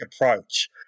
approach